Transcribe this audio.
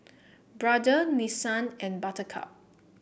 Brother Nissan and Buttercup